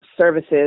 services